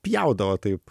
pjaudavo taip